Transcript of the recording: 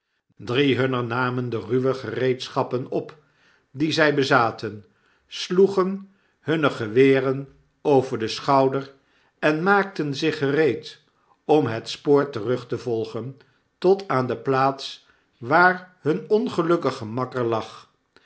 drie hunner namen de ruwe gereedscbappen op die zy bezaten sloegen hunne geweren over den schouder en maakten zich gereed om het spoor terug te volgen tot aan de plaats waar hun ongelukkige makker lag